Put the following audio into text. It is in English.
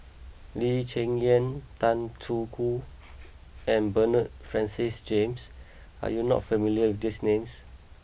Lee Cheng Yan Tan Choo Kai and Bernard Francis James are you not familiar with these names